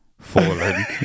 Fallen